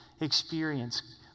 experience